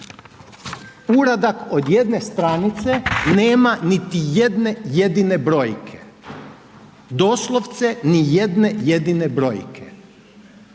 uradak od jedne stranice nema niti jedne jedine brojke, doslovce ni jedne jedine brojke